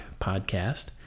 podcast